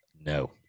No